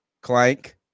clank